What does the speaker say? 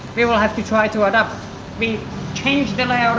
we will have to try to adapt. we change the layout